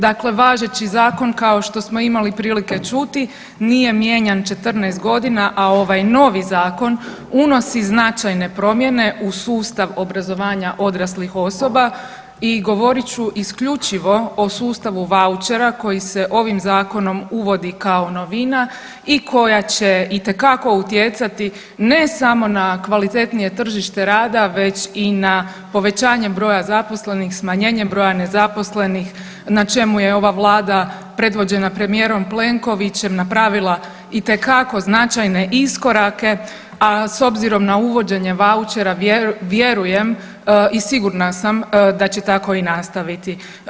Dakle, važeći Zakon kao što smo imali prilike čuti nije mijenjan 14 godina, a ovaj novi zakon unosi značajne promjene u sustav obrazovanja odraslih osoba i govorit ću isključivo o sustavu vouchera koji se ovim zakonom uvodi kao novina i koja će itekako utjecati ne samo na kvalitetnije tržište rada već i na povećanje broja zaposlenih, smanjenje broja nezaposlenih na čemu je ova Vlada predvođena premijerom Plenkovićem napravila itekako značajne iskorake, a s obzirom na uvođenje vouchera vjerujem i sigurna sam da će tako i nastaviti.